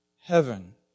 heaven